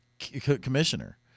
commissioner